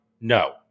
No